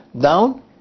down